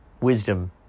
wisdom